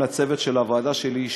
לצוות של הוועדה שלי,